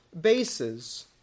bases